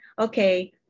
okay